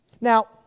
Now